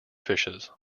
fishes